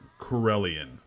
Corellian